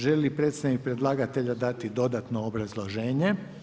Želi li predstavnik predlagatelja dati dodatno obrazloženje?